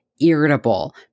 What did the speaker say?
irritable